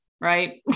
right